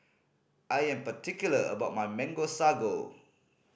I am particular about my Mango Sago